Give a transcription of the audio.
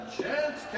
Chance